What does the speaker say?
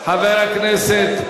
חברי הכנסת.